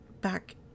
back